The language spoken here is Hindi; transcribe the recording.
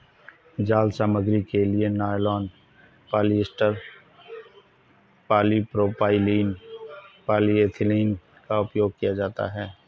जाल सामग्री के लिए नायलॉन, पॉलिएस्टर, पॉलीप्रोपाइलीन, पॉलीएथिलीन का उपयोग किया जाता है